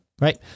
Right